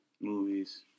movies